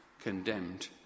condemned